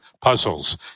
puzzles